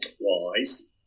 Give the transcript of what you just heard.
wise